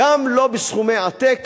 גם לא בסכומי עתק.